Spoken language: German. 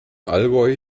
allgäu